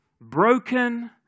broken